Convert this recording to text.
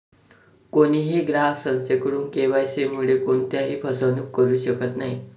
कोणीही ग्राहक संस्थेकडून के.वाय.सी मुळे कोणत्याही फसवणूक करू शकत नाही